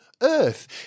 Earth